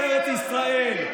בארץ ישראל,